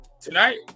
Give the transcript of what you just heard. Tonight